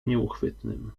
nieuchwytnym